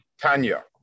Tanya